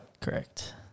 Correct